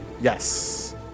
Yes